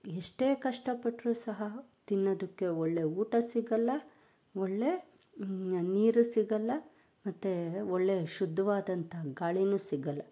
ಎಷ್ಟೇ ಕಷ್ಟಪಟ್ರು ಸಹ ತಿನ್ನೊದಕ್ಕೆ ಒಳ್ಳೆಯ ಊಟ ಸಿಗೊಲ್ಲ ಒಳ್ಳೆಯ ನೀರು ಸಿಗೊಲ್ಲ ಮತ್ತೆ ಒಳ್ಳೆಯ ಶುದ್ಧವಾದಂತಹ ಗಾಳಿಯೂ ಸಿಗಲ್ಲ